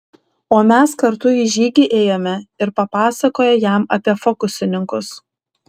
o mes kartu į žygį ėjome ir papasakojo jam apie fokusininkus